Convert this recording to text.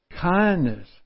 Kindness